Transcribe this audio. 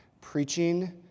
Preaching